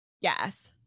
Yes